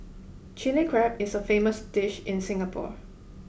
Chilli Crab is a famous dish in Singapore